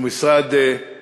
שהוא משרד עם